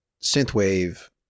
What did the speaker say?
synthwave